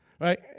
right